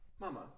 Mama